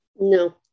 No